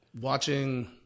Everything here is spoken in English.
watching